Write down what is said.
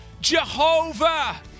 Jehovah